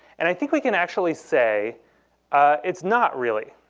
and i think we can actually say it's not, really.